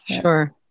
Sure